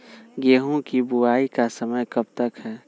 गेंहू की बुवाई का समय कब तक है?